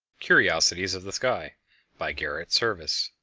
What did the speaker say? curiosities of the sky by garrett serviss